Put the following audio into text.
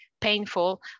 painful